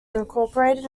incorporated